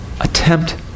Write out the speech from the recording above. attempt